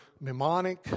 mnemonic